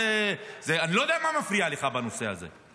אני לא יודע מה מפריע לך בנושא הזה.